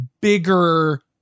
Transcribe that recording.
bigger